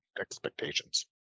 expectations